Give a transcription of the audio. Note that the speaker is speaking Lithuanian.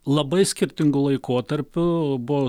labai skirtingu laikotarpiu buvo